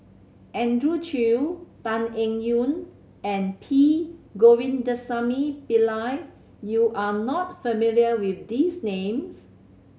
Andrew Chew Tan Eng Yoon and P Govindasamy Pillai you are not familiar with these names